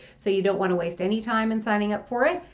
so. you don't want to waste any time and signing up for it.